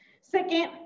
Second